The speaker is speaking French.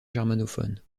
germanophone